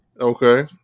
Okay